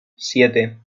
siete